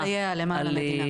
שנתנה את חייה למען המדינה.